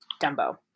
Dumbo